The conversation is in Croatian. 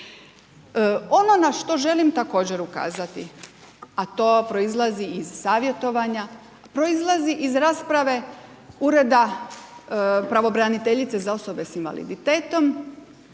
Ono što želim također ukazati, a to proizlazi iz savjetovanja, proizlazi iz rasprave Ureda pravobraniteljice za osobe s invaliditetom